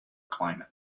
climate